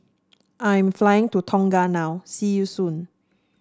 I'm flying to Tonga now see you soon